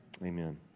Amen